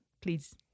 please